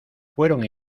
fueron